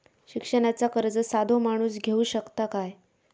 शिक्षणाचा कर्ज साधो माणूस घेऊ शकता काय?